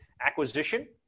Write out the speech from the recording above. acquisition